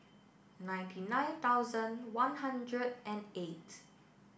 ninety nine thousand one hundred and eight